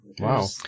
Wow